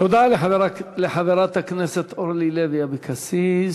תודה לחברת הכנסת אורלי לוי אבקסיס.